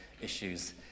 issues